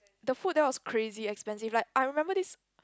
the food there was crazy expensive like I remember this